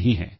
address 4003 होगा